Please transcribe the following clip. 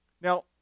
Now